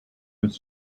was